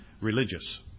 religious